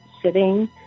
sitting